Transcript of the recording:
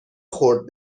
خورد